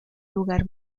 lugar